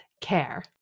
Care